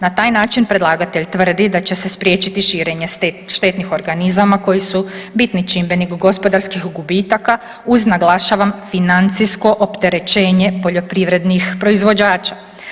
Na taj način predlagatelj tvrdi da će se spriječiti širenje štetnih organizama koji su bitni čimbenik gospodarskih gubitaka uz naglašavam financijsko opterećenje poljoprivrednih proizvođača.